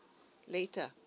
later